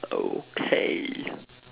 okay